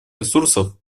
ресурсов